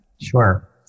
Sure